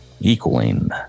equaling